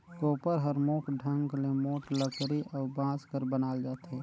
कोपर हर मुख ढंग ले मोट लकरी अउ बांस कर बनाल जाथे